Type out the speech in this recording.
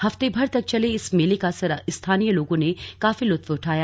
हफ्तेभर तक चले इस मेले का स्थानीय लोगों ने काफी लुत्फ उठाया